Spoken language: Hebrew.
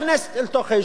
עוברת לידו.